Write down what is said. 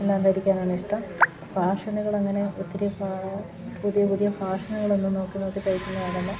എല്ലാം ധരിക്കാനാണിഷ്ടം ഫാഷനുകളങ്ങനെ ഒത്തിരി പുതിയ പുതിയ ഫാഷനുകളൊന്നും നോക്കി നോക്കി